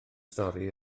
stori